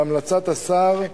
בהמלצת השר,